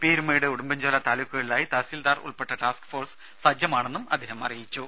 പീരുമേട് ഉടുമ്പൻചോല താലൂക്കുകളിലായി തഹസീൽദാർ ഉൾപ്പെട്ട ടാസ്ക്ക് ഫോഴ്സ് സജ്ജമാണെന്നും അദ്ദേഹം അറിയിച്ചു